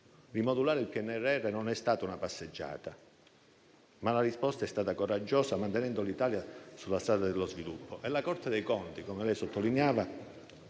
Rimodulare il PNRR è stata non una passeggiata, ma una risposta coraggiosa che ha mantenuto l'Italia sulla strada dello sviluppo. La Corte dei conti - come lei sottolineava